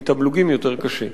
מתמלוגים יותר קשה.